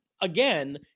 Again